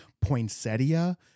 poinsettia